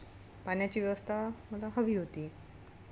पाण्याची व्यवस्था मला हवी होती